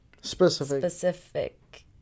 specific